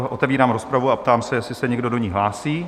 Otevírám rozpravu a ptám se, jestli se někdo do ní hlásí?